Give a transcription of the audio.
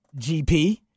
GP